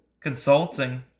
consulting